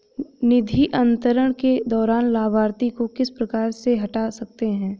निधि अंतरण के दौरान लाभार्थी को किस प्रकार से हटा सकते हैं?